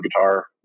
guitar